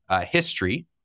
history